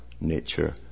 nature